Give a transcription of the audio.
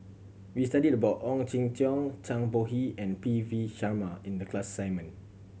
we studied about Ong Jin Teong Zhang Bohe and P V Sharma in the class assignment